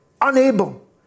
unable